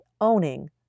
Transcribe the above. owning